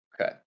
Okay